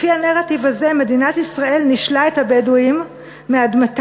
לפי הנרטיב הזה מדינת ישראל נישלה את הבדואים מאדמתם,